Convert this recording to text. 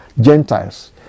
Gentiles